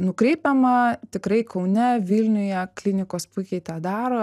nukreipiama tikrai kaune vilniuje klinikos puikiai tą daro